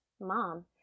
mom